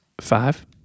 five